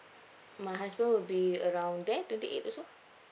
my husband will be around there twenty eight also